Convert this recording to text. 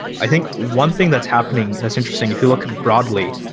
i think one thing that's happening that's interesting. if you look broadly,